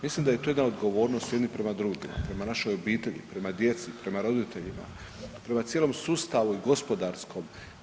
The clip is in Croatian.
Mislim da je to jedna odgovornost jedni prema drugima, prema našoj obitelji, prema djeci, prema roditeljima, prema cijelom sustavu i gospodarskom.